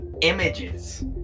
Images